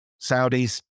Saudis